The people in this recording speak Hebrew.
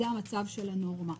זו הנורמה.